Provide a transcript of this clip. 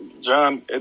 John